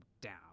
down